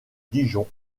dijon